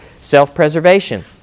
self-preservation